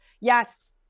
Yes